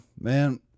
man